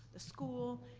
the school,